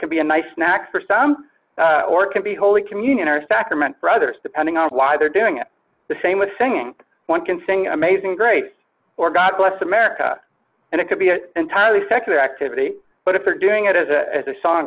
can be a nice snack for some or can be holy communion or sacrament for others depending on why they're doing it the same with singing one can sing amazing grace or god bless america and it could be an entirely secular activity but if they're doing it as a as a song